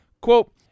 quote